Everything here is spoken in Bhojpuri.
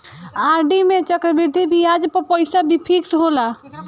आर.डी में चक्रवृद्धि बियाज पअ पईसा फिक्स होला